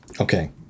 Okay